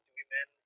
women